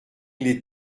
les